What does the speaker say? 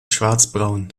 schwarzbraun